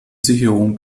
sicherung